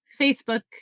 Facebook